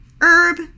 herb